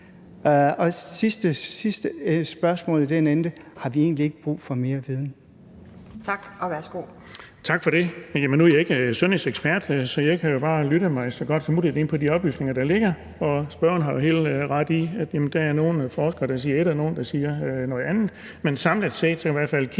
Sidste spørgsmål i den forbindelse: Har vi egentlig ikke brug for mere viden?